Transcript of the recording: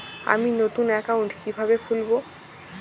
আমি নতুন অ্যাকাউন্ট কিভাবে খুলব?